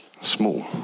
small